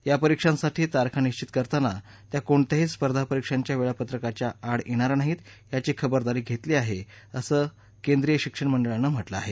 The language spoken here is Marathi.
या परीक्षांसाठी तारखा निश्वित करताना त्या कोणत्याही स्पर्धा परीक्षांच्या वेळापत्रकाच्या आड येणार नाहीत याची खबरदारी घेतली आहे असं केंद्रीय शिक्षण मंडळानं म्हटलं आहे